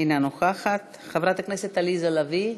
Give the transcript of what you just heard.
אינה נוכחת, חברת הכנסת עליזה לביא,